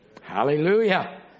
Hallelujah